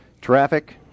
Traffic